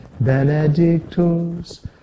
Benedictus